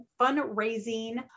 fundraising